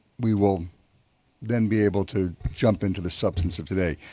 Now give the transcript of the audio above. we will then be able to jump into the substance of today.